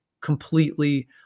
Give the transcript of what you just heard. completely